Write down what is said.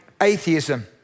atheism